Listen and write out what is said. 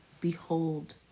behold